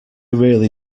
really